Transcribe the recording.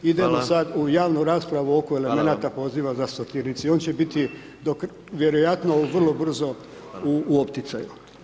Idemo sad u javnu raspravu oko elemenata poziva za sortirnice i on će biti vjerojatno vrlo brzo u opticaju.